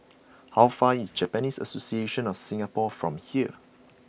how far is Japanese Association of Singapore from here